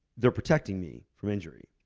they're protecting me from injury.